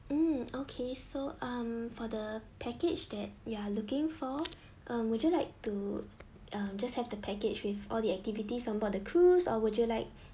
um okay so um for the package that you are looking for um would you like to uh just have the package with all the activities onboard the cruise or would you like